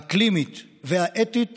האקלימית והאתית